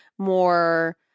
More